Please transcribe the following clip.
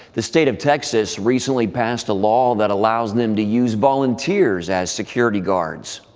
the state of texas recently passed a law that allows them to use volunteers as security guards.